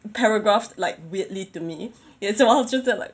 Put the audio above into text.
paragraphs like weirdly to me ya 什么 I was just there like